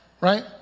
right